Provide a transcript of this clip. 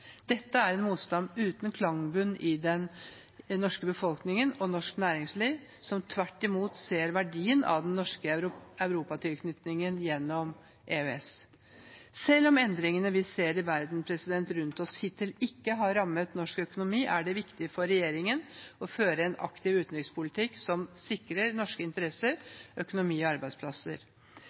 Dette er en motstand uten klangbunn i den norske befolkningen og norsk næringsliv, som tvert imot ser verdien av den norske Europa-tilknytningen gjennom EØS. Selv om endringene vi ser i verden rundt oss, hittil ikke har rammet norsk økonomi, er det viktig for regjeringen å føre en aktiv utenrikspolitikk som sikrer norske interesser, norsk økonomi og norske arbeidsplasser.